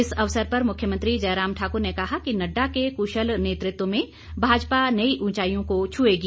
इस अवसर पर मुख्यमंत्री जयराम ठाकुर ने कहा कि नड्डा के कुशल नेतृत्व में भाजपा नई उचाईयों को छुएगी